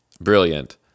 Brilliant